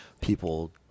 People